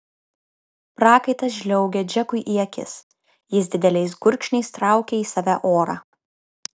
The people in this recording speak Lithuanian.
prakaitas žliaugė džekui į akis jis dideliais gurkšniais traukė į save orą